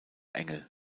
engel